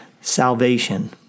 salvation